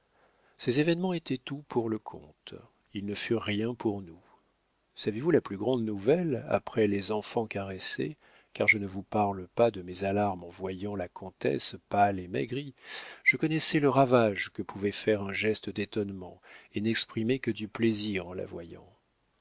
ces événements étaient tout pour le comte ils ne furent rien pour nous savez-vous la plus grande nouvelle après les enfants caressés car je ne vous parle pas de mes alarmes en voyant la comtesse pâle et maigrie je connaissais le ravage que pouvait faire un geste d'étonnement et n'exprimai que du plaisir en la voyant